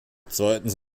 zweitens